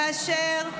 כאשר,